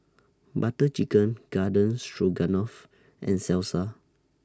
Butter Chicken Garden Stroganoff and Salsa